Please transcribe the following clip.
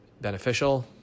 beneficial